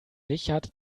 richard